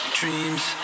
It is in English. dreams